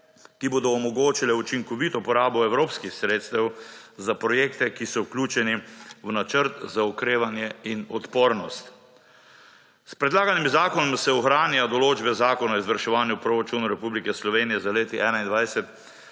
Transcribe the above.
ki bodo omogočile učinkovito porabo evropskih sredstev za projekte, ki so vključeni v Načrt za okrevanje in odpornost. S predlaganim zakonom se ohranjajo določbe Zakona o izvrševanju proračunov Republike Slovenije za leti 2021